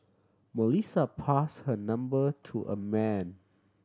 Melissa pass her number to a man